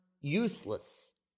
useless